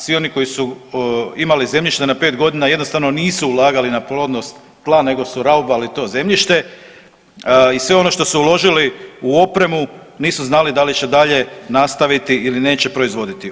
Svi oni koji su imali zemljišta na pet godina jednostavno nisu ulagali na plodnost tla nego su raubali to zemljište i sve ono što su uložili u opremu nisu znali da li će dalje nastaviti ili neće proizvoditi.